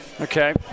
Okay